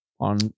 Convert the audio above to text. on